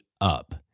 up